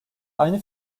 aynı